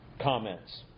comments